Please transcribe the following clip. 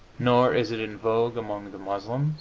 nor is it in vogue among the moslems